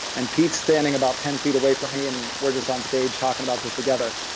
and pete's standing about ten feet away from me, and we're just onstage talking about this together,